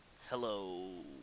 hello